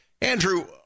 Andrew